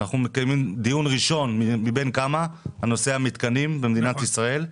אנחנו מקיימים דיון ראשון מבין כמה על נושא המתקנים במדינת ישראל.